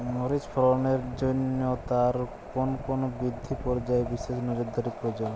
মরিচ ফলনের জন্য তার কোন কোন বৃদ্ধি পর্যায়ে বিশেষ নজরদারি প্রয়োজন?